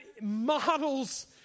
models